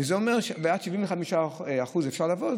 ועד 75% אפשר לעבוד,